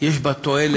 יש בה תועלת